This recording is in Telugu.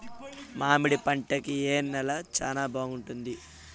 మామిడి పంట కి ఏ నేల చానా బాగుంటుంది